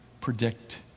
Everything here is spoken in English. predict